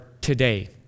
today